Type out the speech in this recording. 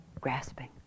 grasping